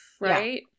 right